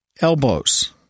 elbows